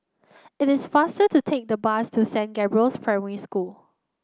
it is faster to take the bus to Saint Gabriel's Primary School